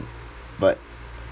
but